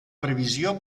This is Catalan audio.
previsió